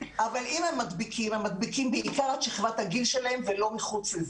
אבל אם הם מדביקים הם מדביקים בעיקר את שכבת הגיל שלהם ולא מחוץ לזה.